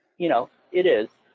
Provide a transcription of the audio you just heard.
you know, it is.